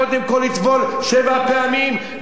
קודם כול יטבול שבע פעמים,